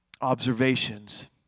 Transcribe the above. observations